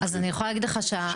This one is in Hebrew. אז אני יכולה להגיד לך --- שנייה.